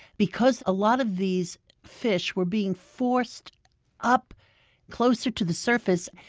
because a lot of these fish were being forced up closer to the surface,